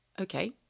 okay